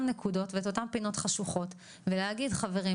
הנקודות ואת אותן הפינות החשוכות ולהגיד "חברים,